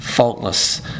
faultless